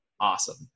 Awesome